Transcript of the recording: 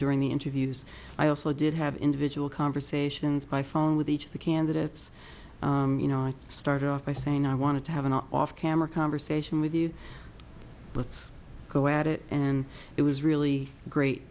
during the interviews i also did have individual conversations by phone with each of the candidates you know i started off by saying i wanted to have an off camera conversation with you let's go at it and it was really great